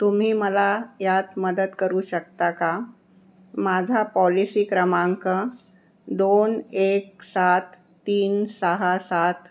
तुम्ही मला यात मदत करू शकता का माझा पॉलिसी क्रमांक दोन एक सात तीन सहा सात